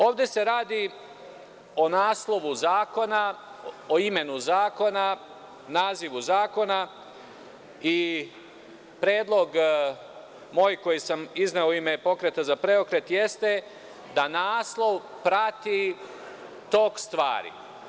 Ovde se radi o naslovu zakona, o imenu zakona, nazivu zakona i moj predlog koji sam izneo, u ime Pokreta za preokret, jeste da naslov prati tok stvari.